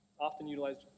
often-utilized